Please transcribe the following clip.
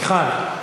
מיכל.